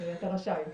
אתה רשאי.